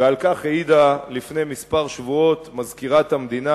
ועל כך העידה לפני שבועות מספר מזכירת המדינה